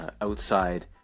outside